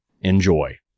Enjoy